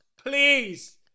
please